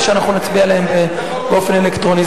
שנצביע עליהן באופן אלקטרוני.